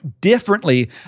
differently